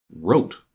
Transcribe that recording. wrote